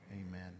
Amen